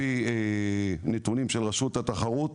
לפי נתונים של רשות התחרות.